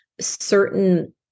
certain